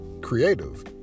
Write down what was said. creative